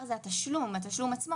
התחלת המיונים,